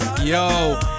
Yo